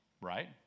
right